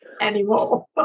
anymore